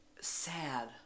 sad